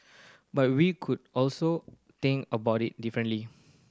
but we could also think about it differently